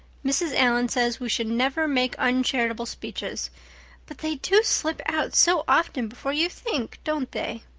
mrs. allan says we should never make uncharitable speeches but they do slip out so often before you think, don't they?